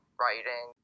writing